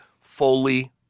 fully